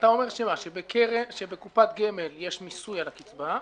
האם אתה אומר שבקופת גמל יש מיסוי על הקצבה?